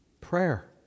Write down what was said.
prayer